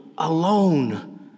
alone